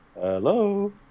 hello